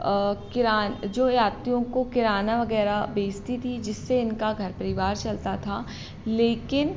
किर जो यात्रियों को किराना वगैराह भेजती थी जिससे इनका घर परिवार चलता था लेकिन